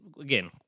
again